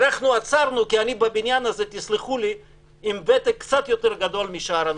אנחנו עצרנו כי אני בבניין הזה עם ותק קצת יותר גדול משאר הנוכחים,